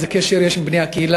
איזה קשר יש לו עם בני הקהילה.